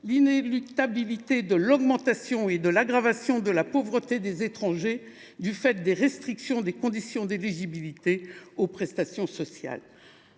l’inéluctabilité de l’augmentation et de l’aggravation de la pauvreté des étrangers du fait des restrictions des conditions d’éligibilité aux prestations sociales